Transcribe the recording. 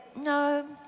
no